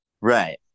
right